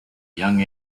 young